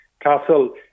castle